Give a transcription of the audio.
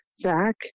Zach